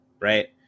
right